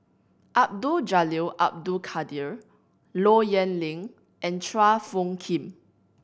Abdul Jalil Abdul Kadir Low Yen Ling and Chua Phung Kim